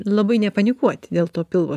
labai nepanikuoti dėl to pilvo